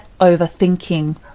overthinking